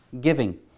giving